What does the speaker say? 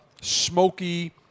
smoky